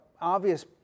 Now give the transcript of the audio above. obvious